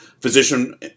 physician